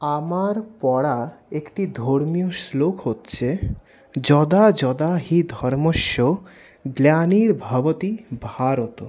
আমার পড়া একটি ধর্মীয় শ্লোক হচ্ছে যদা যদা হি ধর্মস্য গ্লানির্ভবতি ভারত